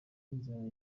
inzara